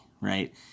right